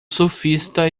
surfista